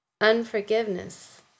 unforgiveness